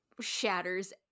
shatters